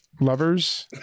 lovers